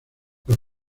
los